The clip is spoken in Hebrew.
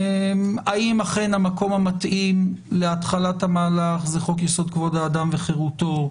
האם אכן המקום המתאים להתחלת המהלך זה חוק-יסוד: כבוד האדם וחירותו?